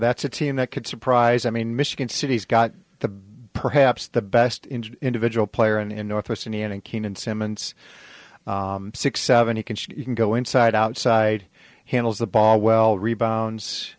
that's a team that could surprise i mean michigan city's got the perhaps the best individual player in northwest indiana keenan simmons six seven you can you can go inside outside handles the ball well rebounds